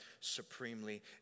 supremely